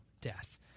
death